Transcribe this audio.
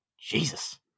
Jesus